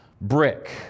brick